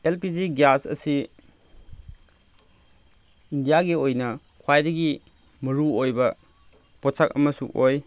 L P G gas ꯑꯁꯤ ꯏꯟꯗꯤꯌꯥꯒꯤ ꯑꯣꯏꯅ ꯈ꯭ꯋꯥꯏꯗꯒꯤ ꯃꯔꯨꯑꯣꯏꯕ ꯄꯣꯠꯁꯛ ꯑꯃꯁꯨ ꯑꯣꯏ